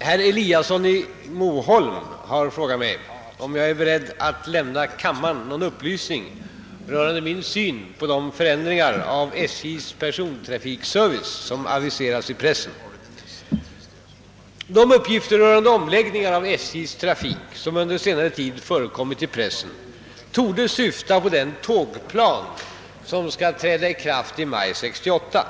Herr Eliasson i Moholm har frågat mig om jag är beredd att lämna kammaren någon upplysning rörande min syn på de förändringar av SJ:s persontrafikservice som aviserats i pressen. De uppgifter rörande omläggningar av SJ:s trafik som under senare tid förekommit i pressen torde syfta på den tågplan som skall träda i kraft i maj 1968.